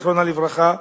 זיכרונה לברכה.